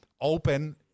open